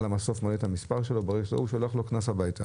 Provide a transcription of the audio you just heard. על המסוף הוא מעלה את המספר שלו ושולח לו קנס הביתה.